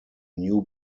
new